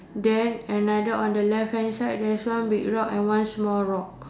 then another on the left hand side got one big rock and one small rock